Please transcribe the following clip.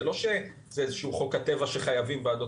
זה לא שזה איזה חוק טבע שחייבים ועדות